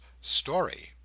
story